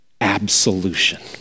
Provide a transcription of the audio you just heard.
absolution